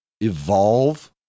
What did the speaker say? evolve